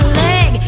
leg